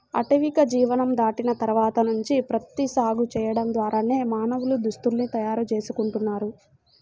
ఆటవిక జీవనం దాటిన తర్వాత నుంచి ప్రత్తి సాగు చేయడం ద్వారానే మానవులు దుస్తుల్ని తయారు చేసుకుంటున్నారు